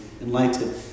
enlightened